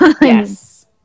Yes